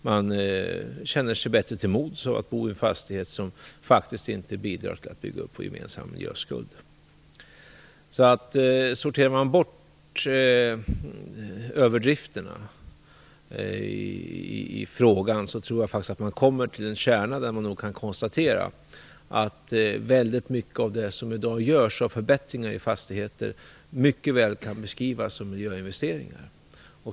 Man känner sig bättre till mods av att bo i en fastighet som inte bidrar till att bygga upp vår gemensamma miljöskuld. Sorterar man bort överdrifterna i frågan tror jag att man kommer till en kärna, där man kan konstatera att väldigt mycket av det som i dag görs i form av förbättringar i fastigheter mycket väl kan beskrivas som miljöinvesteringar.